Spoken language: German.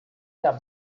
der